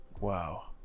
Wow